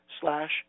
slash